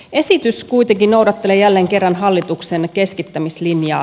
esitys kuitenkin noudattelee jälleen kerran hallituksen keskittämislinjaa